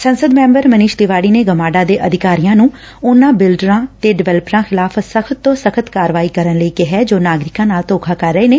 ਸੰਸਦ ਮੈਂਬਰ ਮਨੀਸ਼ ਤਿਵਾਤੀ ਨੇ ਗਮਾਡਾ ਦੇ ਅਧਿਕਾਰੀਆਂ ਨੂੰ ਉਨ੍ਹਾਂ ਬਿਲਡਰਾਂ ਤੇ ਡਿਵੈਲਪਰਾਂ ਖ਼ਿਲਾਫ਼ ਸਖ਼ਤ ਤੋ ਸਖ਼ਤ ਕਾਰਵਾਈ ਕਰਨ ਲਈ ਕਿਹਾ ਜੋ ਨਾਗਰਿਕਾਂ ਨਾਲ ਧੋਖਾ ਕਰ ਰਹੇ ਨੇ